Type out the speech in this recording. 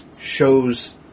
shows